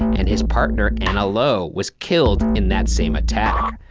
and his partner anna lowe, was killed in that same attack.